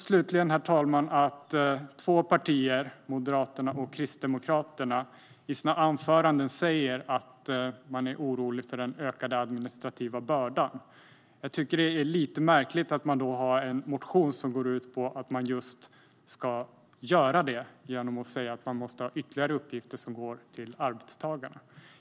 Slutligen, herr talman, noterade jag att två partier - Moderaterna och Kristdemokraterna - i sina anföranden sa att de är oroliga för den ökade administrativa bördan. Jag tycker att det är lite märkligt att de då har en motion som går ut på att öka just denna börda genom ett förslag om att ytterligare uppgifter måste gå till arbetstagarna.